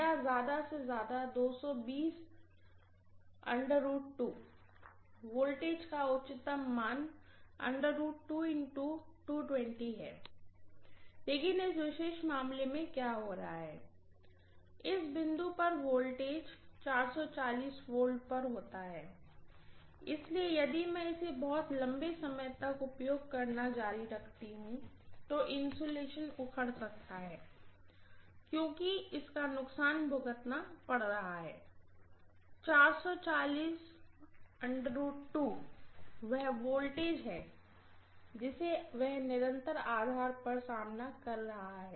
या ज्यादा से ज्यादा वोल्टेज का उच्चतम मान है लेकिन इस विशेष मामले में क्या हो रहा है इस बिंदु पर वोल्टेज 440 V पर होता है इसलिए यदि मैं इसे बहुत लंबे समय तक उपयोग करना जारी रखती हूँ तो इन्सुलेशन उखड़ सकता है क्योंकि इसका नुकसान भुगतना पड़ रहा है वह वोल्टेज है जिसे वह निरंतर आधार पर सामना कर रहा है